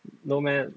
no meh